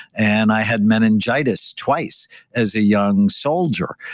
and i had meningitis twice as a young soldier.